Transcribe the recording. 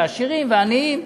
עשירים ועניים.